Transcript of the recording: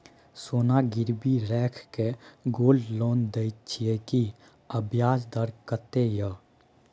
सोना गिरवी रैख के गोल्ड लोन दै छियै की, आ ब्याज दर कत्ते इ?